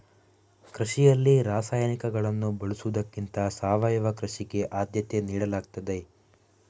ಕೃಷಿಯಲ್ಲಿ ರಾಸಾಯನಿಕಗಳನ್ನು ಬಳಸುವುದಕ್ಕಿಂತ ಸಾವಯವ ಕೃಷಿಗೆ ಆದ್ಯತೆ ನೀಡಲಾಗ್ತದೆ